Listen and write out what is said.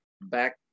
back